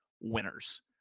winners